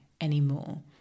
anymore